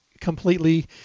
completely